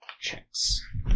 checks